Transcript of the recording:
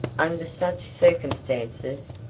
under such circumstances,